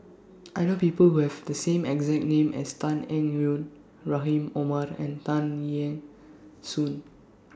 I know People Who Have The same exact name as Tan Eng Yoon Rahim Omar and Tan Eng Soon